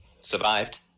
survived